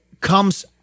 comes